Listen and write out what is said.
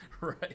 Right